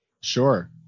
Sure